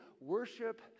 worship